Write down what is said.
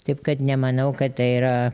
taip kad nemanau kad tai yra